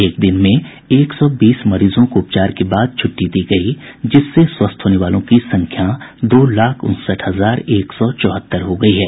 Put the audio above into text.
एक दिन में एक सौ बीस मरीजों को उपचार के बाद छुट्टी दी गई जिससे स्वस्थ होने वालों की संख्या दो लाख उनसठ हजार एक सौ चौहत्तर हो गई है